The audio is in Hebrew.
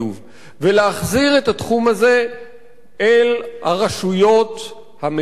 ולהחזיר את התחום הזה אל הרשויות המקומיות,